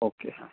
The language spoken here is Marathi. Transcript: ओके हां